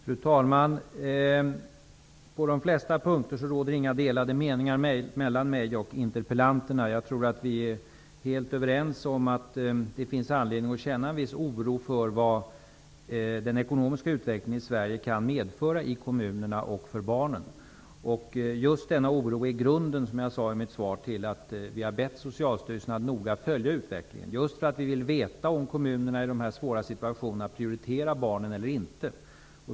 Fru talman! På de flesta punkter råder det inga delade meningar mellan mig och interpellanterna. Jag tror att vi är helt överens om att det finns anledning att känna en viss oro för vad den ekonomiska utvecklingen i Sverige kan medföra i kommunerna och för barnen. Som jag sade i mitt svar är just denna oro grunden till att vi har bett Socialstyrelsen att noga följa utvecklingen. Vi vill veta om kommunerna i sådana här svåra situationer prioriterar barnen eller inte.